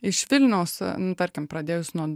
iš vilniaus nu tarkim pradėjus nuo